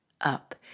up